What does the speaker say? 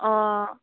অঁ